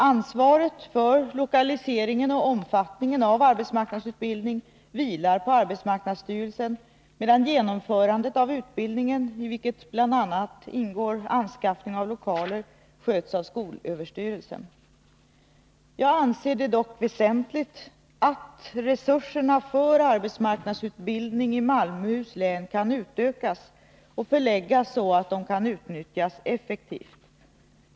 Ansvaret för lokaliseringen och omfattningen av arbetsmarknadsutbildning vilar på arbetsmarknadsstyrelsen, medan genomförandet av utbildningen, i vilket bl.a. ingår anskaffning av lokaler, sköts av skolöverstyrelsen. Jag anser det dock väsentligt att resurserna för arbetsmarknadsutbildning i Malmöhus län kan utökas och förläggas så att de kan utnyttjas effektivt.